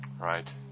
Right